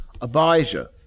abijah